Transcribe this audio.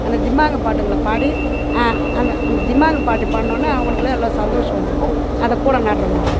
அந்த தெம்மாங்கு பாட்டுங்களை பாடி அந்த அந்த திம்மாங்கு பாட்டு பாடுனோனே அவங்களுக்குலாம் எல்லாம் சந்தோசம் வந்துடும் அதான் கூட நடுறவங்களுக்கு